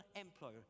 employer